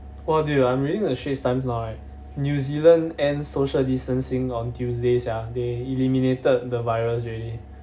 !wah! dude you reading the straits times now right new zealand end social distancing on tuesday sia they eliminated the virus already